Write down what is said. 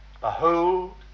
Behold